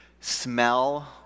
smell